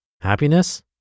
Happiness